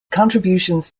contributions